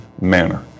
manner